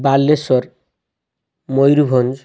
Balasore Mayurbhanj